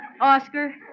Oscar